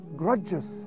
grudges